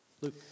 Luke